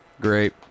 Great